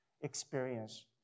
experience